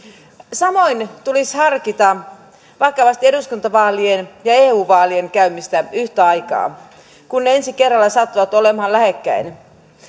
samoin tulisi harkita vakavasti eduskuntavaalien ja eu vaalien käymistä yhtä aikaa kun ne ensi kerralla sattuvat olemaan lähekkäin